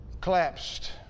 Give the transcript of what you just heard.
Collapsed